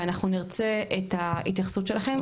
ואנחנו נרצה את ההתייחסות שלכם,